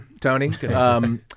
Tony